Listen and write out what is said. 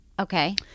Okay